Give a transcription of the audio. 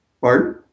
Pardon